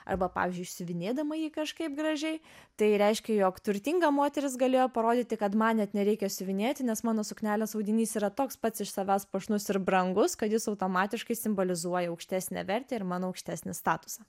arba pavyzdžiui išsiuvinėdama jį kažkaip gražiai tai reiškia jog turtinga moteris galėjo parodyti kad man net nereikia siuvinėti nes mano suknelės audinys yra toks pats iš savęs puošnus ir brangus kad jis automatiškai simbolizuoja aukštesnę vertę ir mano aukštesnį statusą